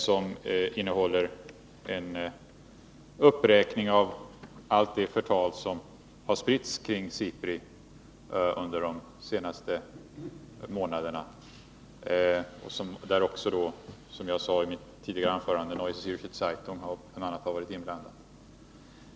Den innehåller en uppräkning av allt det förtal som har spritts kring SIPRI under de senaste månaderna och i vilket bl.a., som jag sade i mitt tidigare anförande, Neue Zärcher Zeitung har varit inblandad.